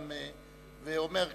ואומר: